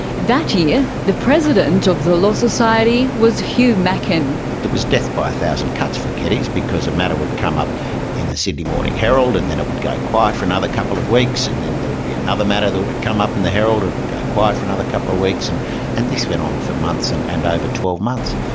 that year, the president of the law society was hugh macken. it was death by a thousand cuts for keddies, because a matter would come up in the sydney morning herald and then it would go quiet for another couple of weeks, and then there would be another matter that would come up in the herald, and it would go quiet for another couple of weeks, and and this went on for months and and over twelve months.